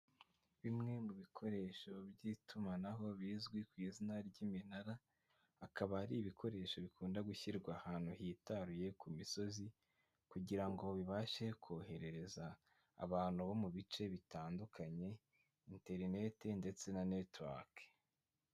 Bimwe mu bikoresho by'itumanaho bizwi ku izina ry'iminara, akaba ari ibikoresho bikunda gushyirwa ahantu hitaruye ku misozi, kugira ngo bibashe koherereza abantu bo mu bice bitandukanye interinete ndetse na netiwake.